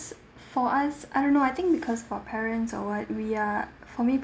for us I don't know I think because of our parents or what we are for me